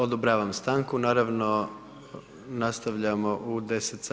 Odobravam stanku, naravno nastavljamo u 10,